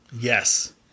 Yes